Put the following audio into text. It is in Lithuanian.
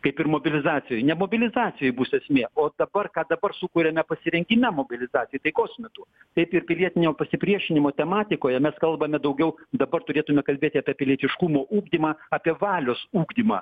kaip ir mobilizacijoj ne mobilizacijoj bus esmė o dabar ką dabar sukuriame pasirengime mobilizacijai taikos metu taip ir pilietinio pasipriešinimo tematikoje mes kalbame daugiau dabar turėtume kalbėt apie pilietiškumo ugdymą apie valios ugdymą